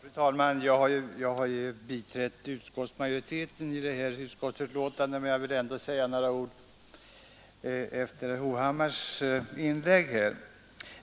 Fru talman! Jag har ju biträtt utskottsmajoriteten i detta betänkande, men jag vill ändå säga några ord efter herr Hovhammars inlägg.